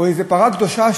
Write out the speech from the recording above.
או איזה פרה קדושה,